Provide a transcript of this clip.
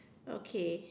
okay